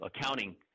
accounting